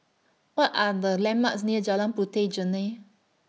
What Are The landmarks near Jalan Puteh Jerneh